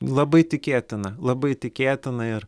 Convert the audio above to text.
labai tikėtina labai tikėtina ir